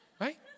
Right